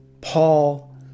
Paul